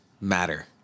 matter